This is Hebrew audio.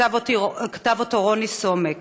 שכתב רוני סומק,